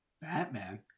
Batman